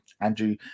Andrew